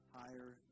higher